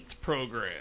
program